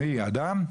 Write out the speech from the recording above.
מי, האדם?